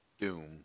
Doom